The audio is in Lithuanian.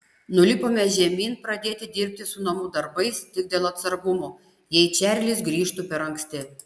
nulipome žemyn pradėti dirbti su namų darbais tik dėl atsargumo jei čarlis grįžtų per anksti